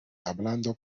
hablando